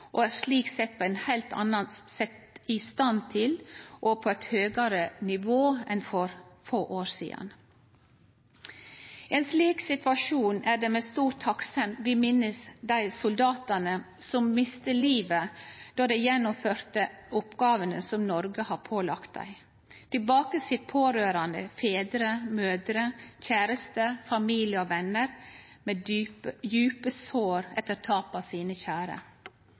sikkerheit og slik sett er på eit heilt anna og høgare nivå enn for få år sidan. I ein slik situasjon er det med stor takksemd vi minnest dei soldatane som mista livet då dei gjennomførte oppgåvene som Noreg hadde pålagt dei. Tilbake sit pårørande, fedrar, mødrer, kjærastar, familie og vener med djupe sår etter tapet av sine kjære.